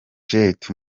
jett